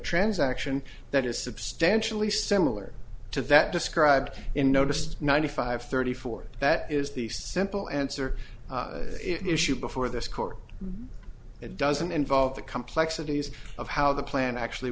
transaction that is substantially similar to that described in noticed ninety five thirty four that is the simple answer it issued before this court it doesn't involve the complexities of how the plan actually